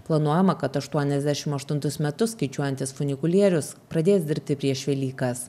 planuojama kad aštuoniasdešimt aštuntus metus skaičiuojantis funikulierius pradės dirbti prieš velykas